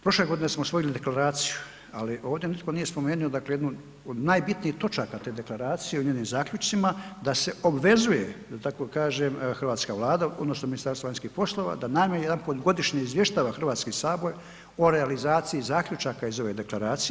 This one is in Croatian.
Prošle godine smo osvojili deklaraciju, ali ovdje nitko nije spomenuo dakle jednu od najbitnijih točaka te deklaracije o njenim zaključcima da se obvezuje da tako kažem hrvatska Vlada, odnosno Ministarstvo vanjskih poslova da najmanje jedanput godišnje izvještava Hrvatski sabor o realizaciji zaključaka iz ove deklaracije.